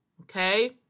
Okay